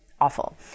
awful